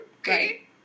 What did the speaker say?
okay